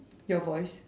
your voice